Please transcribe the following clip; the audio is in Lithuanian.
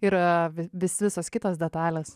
ir visos kitos detalės